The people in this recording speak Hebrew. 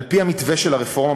על-פי המתווה של הרפורמה,